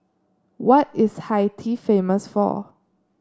why is Haiti famous for